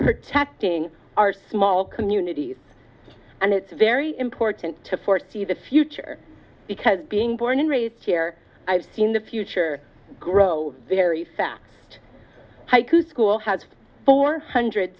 protecting our small communities and it's very important to foresee the future because being born and raised here i've seen the future grow very fast haiku school has four hundred